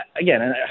Again